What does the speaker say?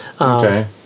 Okay